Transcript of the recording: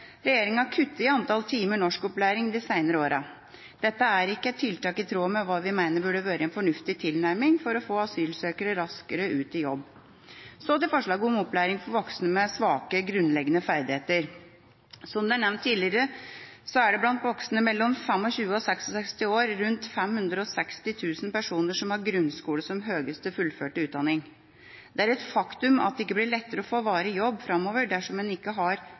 regjeringa kuttet i antallet timer norskopplæring de senere årene. Dette er ikke et tiltak i tråd med hva vi mener burde være en fornuftig tilnærming til å få asylsøkere raskere ut i jobb. Så til forslaget om opplæring for voksne med svake grunnleggende ferdigheter: Som det er nevnt tidligere, er det blant voksne mellom 25 og 66 år rundt 560 000 personer som har grunnskole som høyeste fullførte utdanning. Det er et faktum at det ikke blir lettere å få varig jobb framover dersom en ikke har